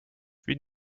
wie